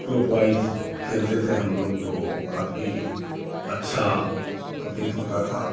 group wise खेलते थे हम लोग तो काफ़ी अच्छा प्रतीत होता था